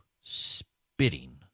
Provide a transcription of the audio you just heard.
spitting